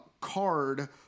card